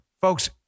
folks